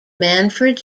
manfred